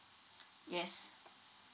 yes